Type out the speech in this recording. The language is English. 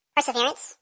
Perseverance